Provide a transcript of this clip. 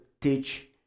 teach